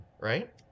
right